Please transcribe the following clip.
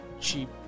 cheap